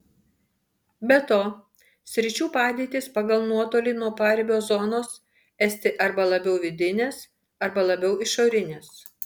be to sričių padėtys pagal nuotolį nuo paribio zonos esti arba labiau vidinės arba labiau išorinės